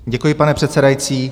Děkuji, pane předsedající.